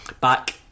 back